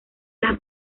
las